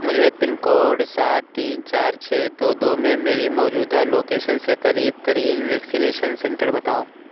مجھے pin code سات تین چار چھ دو دو میں میری موجودہ لوکیشن سے قریب ترین ویکسینیشن سینٹر بتاؤ